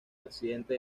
accidente